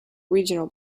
regional